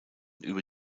über